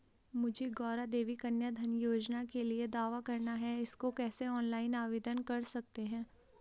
मुझे गौरा देवी कन्या धन योजना के लिए दावा करना है इसको कैसे ऑनलाइन आवेदन कर सकते हैं?